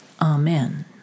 Amen